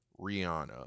Rihanna